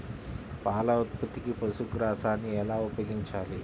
పాల ఉత్పత్తికి పశుగ్రాసాన్ని ఎలా ఉపయోగించాలి?